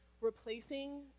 replacing